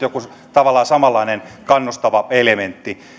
tavallaan samanlainen kannustava elementti